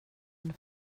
min